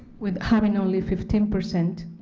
with having only fifteen percent